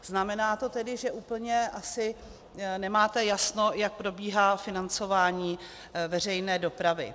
Znamená to tedy, že úplně asi nemáte jasno, jak probíhá financování veřejné dopravy.